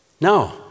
No